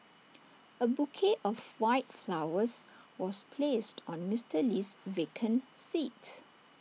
A bouquet of white flowers was placed on Mister Lee's vacant seat